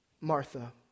Martha